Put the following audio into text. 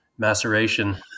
maceration